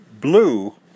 blue